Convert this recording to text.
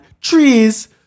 trees